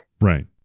Right